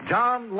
John